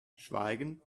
schweigend